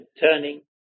turning